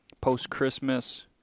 post-Christmas